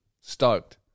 Stoked